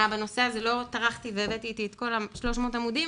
בנושא הזה לא טרחתי והבאתי אתי את כל ה-300 עמודים,